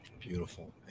beautiful